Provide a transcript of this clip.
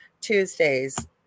tuesdays